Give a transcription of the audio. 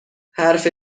حرف